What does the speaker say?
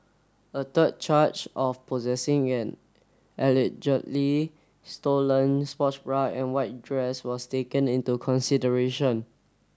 a third charge of possessing an allegedly stolen sports bra and white dress was taken into consideration